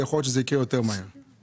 אז יכול להיות שזה יקרה מהר יותר.